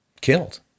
killed